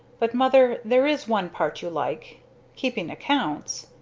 but, mother, there is one part you like keeping accounts!